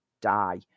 die